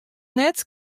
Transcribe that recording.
net